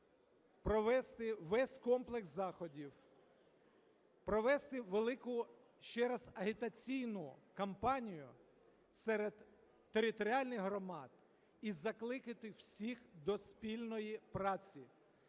провести весь комплекс заходів, провести велику ще раз агітаційну кампанію серед територіальних громад і закликати всіх до спільної праці.